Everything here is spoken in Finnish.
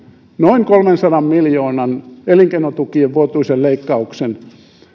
noin kolmensadan miljoonan elinkeinotukien vuotuisen leikkauksen